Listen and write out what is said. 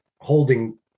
holding